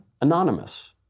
Anonymous